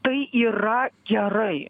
tai yra gerai